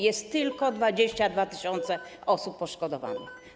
Jest tylko 22 tys. osób poszkodowanych.